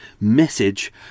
message